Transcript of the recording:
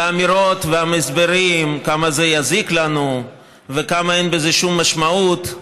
ושמעתי את האמירות וההסברים כמה זה יזיק לנו וכמה אין בזה שום משמעות.